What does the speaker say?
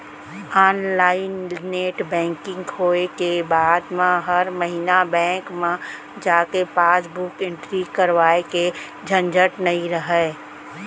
online net banking होय के बाद म हर महिना बेंक म जाके पासबुक एंटरी करवाए के झंझट नइ रहय